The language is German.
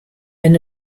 wenn